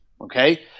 Okay